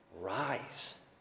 rise